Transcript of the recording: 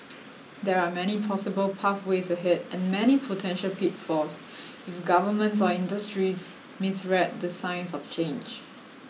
there are many possible pathways ahead and many potential pitfalls if governments or industries misread the signs of change